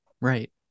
Right